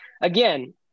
again